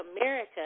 America